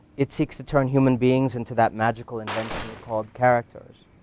it seeks to turn human beings into that magical invention called characters.